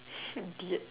idiot